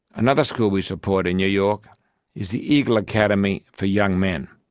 another school we support in new york is the eagle academy for young men.